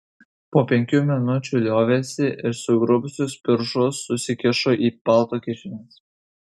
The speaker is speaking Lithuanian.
po penkių minučių liovėsi ir sugrubusius piršus susikišo į palto kišenes